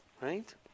Right